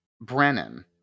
Brennan